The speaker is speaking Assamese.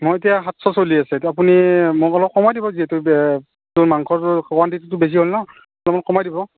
মোক এতিয়া সাতশ চলি আছে আপুনি মোক অলপ কমাই দিব যিহেতু মাংসটো কুৱাণ্টিটিটো বেছি হ'ল ন' কমাই দিব